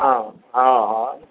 हँ हँ हँ